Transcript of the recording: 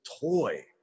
toy